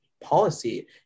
policy